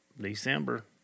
December